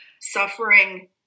Suffering